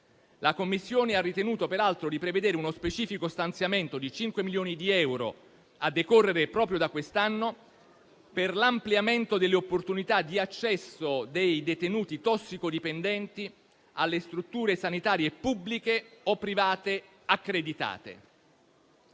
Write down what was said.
La Commissione ha ritenuto peraltro di prevedere uno specifico stanziamento di 5 milioni di euro, a decorrere proprio da quest'anno, per l'ampliamento delle opportunità di accesso dei detenuti tossicodipendenti alle strutture sanitarie pubbliche o private accreditate.